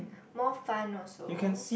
more fun also